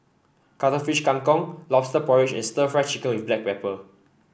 Cuttlefish Kang Kong lobster porridge and stir Fry Chicken with Black Pepper